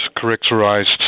characterized